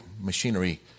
machinery